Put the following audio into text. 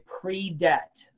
pre-debt